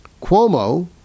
Cuomo